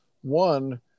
One